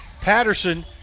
Patterson